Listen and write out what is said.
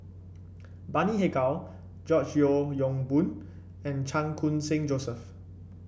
Bani Haykal George Yeo Yong Boon and Chan Khun Sing Joseph